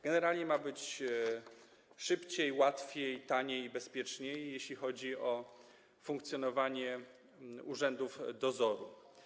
Generalnie ma być szybciej, łatwiej, taniej i bezpieczniej, jeśli chodzi o funkcjonowanie urzędów dozoru.